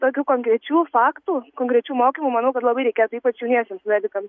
tokių konkrečių faktų konkrečių mokymų manau kad labai reikėtų ypač jauniesiems medikam